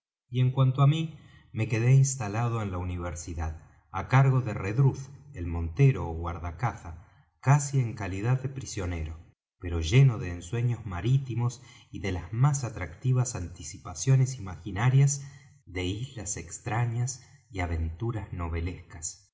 y en cuanto á mí me quedé instalado en la universidad á cargo de redruth el montero ó guarda caza casi en calidad de prisionero pero lleno de ensueños marítimos y de las más atractivas anticipaciones imaginarias de islas extrañas y aventuras